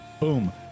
Boom